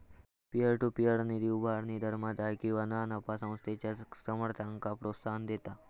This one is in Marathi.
पीअर टू पीअर निधी उभारणी धर्मादाय किंवा ना नफा संस्थेच्या समर्थकांक प्रोत्साहन देता